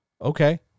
Okay